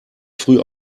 früh